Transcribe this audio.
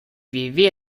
vivi